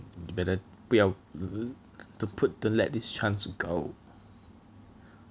better 不要 don't put don't let this chance go